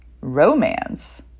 romance